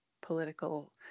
political